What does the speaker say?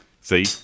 See